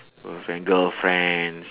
girlfrien~ girlfriends